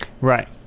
right